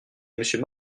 monsieur